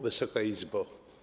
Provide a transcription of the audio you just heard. Wysoka Izbo!